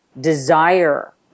desire